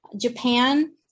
Japan